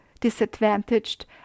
disadvantaged